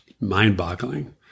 mind-boggling